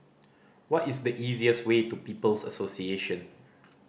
what is the easiest way to People's Association